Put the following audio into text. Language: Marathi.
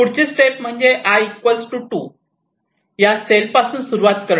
पुढची स्टेप म्हणजे i 2 या सेल पासून सुरुवात करणे